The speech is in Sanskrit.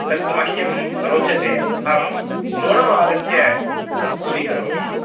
तत्तु मह्यं रोचते आं नूनमागत्य स्वीकरोमि